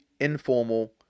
informal